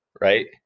right